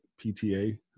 PTA